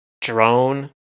drone